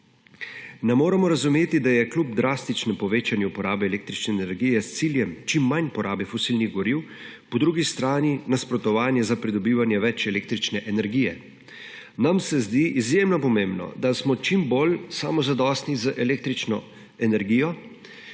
Ne moremo razumeti, da je kljub drastičnem povečanju uporabe električne energije s ciljem čim manj porabe fosilnih goriv po drugi strani nasprotovanje za pridobivanje več električne energije. Nam se zdi izjemno pomembno, da smo čim bolj samozadostni z električno energijo